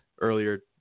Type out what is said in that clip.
earlier